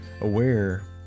aware